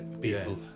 people